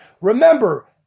Remember